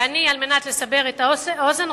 ועל מנת לסבר את האוזן,